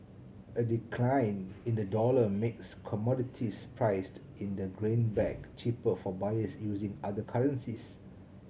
a decline in the dollar makes commodities priced in the greenback cheaper for buyers using other currencies